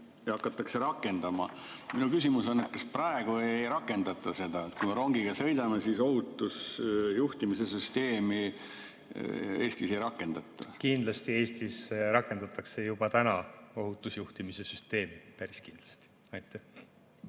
süsteemi rakendama. Minu küsimus on, kas praegu ei rakendata seda. Kui me rongiga sõidame, kas siis ohutusjuhtimise süsteemi Eestis ei rakendata? Kindlasti Eestis rakendatakse juba täna ohutusjuhtimise süsteemi. Päris kindlasti. Kalle